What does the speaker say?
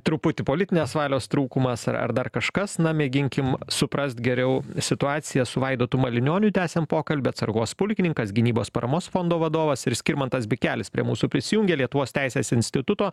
truputį politinės valios trūkumas ar ar dar kažkas na mėginkim suprast geriau situaciją su vaidotu malinioniu tęsiam pokalbį atsargos pulkininkas gynybos paramos fondo vadovas ir skirmantas bikelis prie mūsų prisijungė lietuvos teisės instituto